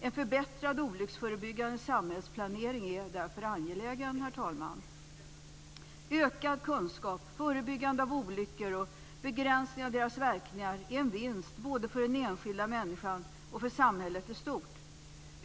En förbättrad olycksförebyggande samhällsplanering är därför angelägen. Herr talman! Ökad kunskap, förebyggande av olyckor och begränsning av deras verkningar är en vinst både för den enskilda människan och för samhället i stort.